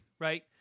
right